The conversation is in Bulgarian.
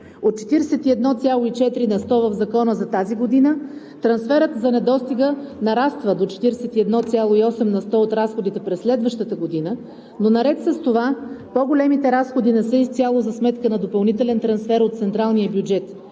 От 41,4 на сто в Закона за тази година, трансферът за недостига нараства до 41,8 на сто от разходите през следващата година, но наред с това, по-големите разходи не са изцяло за сметка на допълнителен трансфер от централния бюджет.